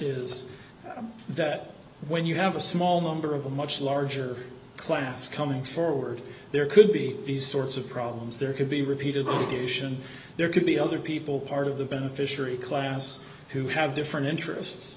is that when you have a small number of a much larger class coming forward there could be these sorts of problems there could be repeated notation there could be other people part of the beneficiary class who have different interests